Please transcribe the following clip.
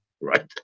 right